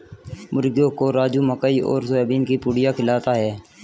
मुर्गियों को राजू मकई और सोयाबीन की पुड़िया खिलाता है